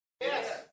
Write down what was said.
Yes